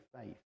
faith